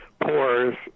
pores